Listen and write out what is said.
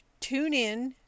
TuneIn